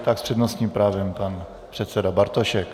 S přednostním právem pan předseda Bartošek.